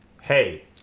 hey